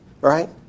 Right